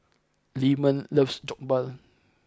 Leamon loves Jokbal